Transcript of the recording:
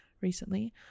recently